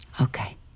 Okay